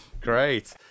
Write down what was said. great